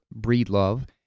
Breedlove